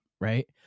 right